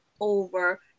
over